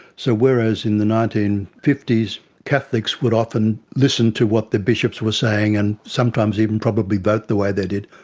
so whereas in the nineteen fifty s catholics would often listen to what the bishops were saying and sometimes even probably vote but the way they did,